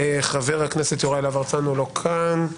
חבר הכנסת יוראי להב הרצנו לא כאן,